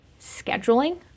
scheduling